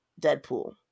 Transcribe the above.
Deadpool